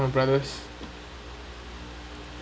my brothers